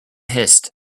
hissed